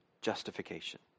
Justification